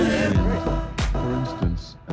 and for instance,